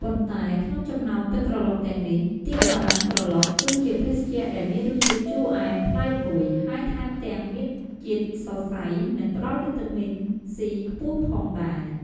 ប៉ុន្តែក្នុងចំណោមទឹកក្រឡុកទាំងនេះ ទៀបបារាំងក្រឡុកគឺជាភេសជ្ជៈដែលមានរសជាតិជូរអែមប្លែកមួយ ហើយថែមទាំងមានជាតិសរសៃ និងផ្តល់វីតាមីន C ខ្ពស់ផងដែរ។